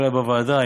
אולי בוועדה,